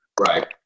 Right